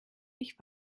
ich